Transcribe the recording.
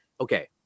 okay